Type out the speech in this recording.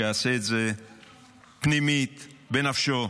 שיעשה את זה פנימית, בנפשו.